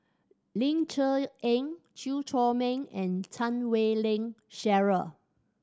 Ling Cher Eng Chew Chor Meng and Chan Wei Ling Cheryl